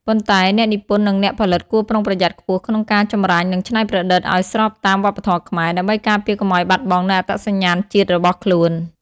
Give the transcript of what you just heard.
ប៉ុន្តែអ្នកនិពន្ធនិងអ្នកផលិតគួរប្រុងប្រយ័ត្នខ្ពស់ក្នុងការ ចម្រាញ់ និងច្នៃប្រឌិត ឲ្យស្របតាមវប្បធម៌ខ្មែរ ដើម្បីការពារកុំឲ្យបាត់បង់នូវអត្តសញ្ញាណជាតិរបស់ខ្លួន។